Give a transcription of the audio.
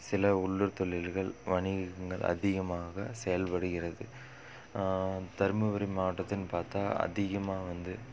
சில உள்ளூர் தொழில்கள் வணிகங்கள் அதிகமாக செயல்படுகிறது தருமபுரி மாவட்டத்தில்னு பார்த்தா அதிகமாக வந்து